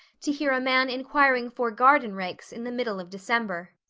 to hear a man inquiring for garden rakes in the middle of december.